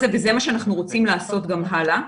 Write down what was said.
זה וזה מה שאנחנו רוצים לעשות את זה גם הלאה,